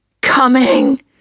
coming